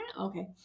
okay